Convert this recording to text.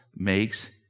makes